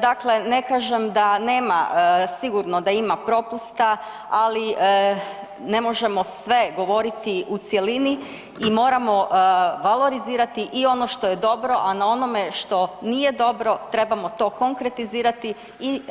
Dakle, ne kažem da nema, sigurno da ima propusta, ali ne možemo sve govoriti u cjelini i moramo valorizirati i ono što je dobro, a na onome što nije dobro trebamo to konkretizirati i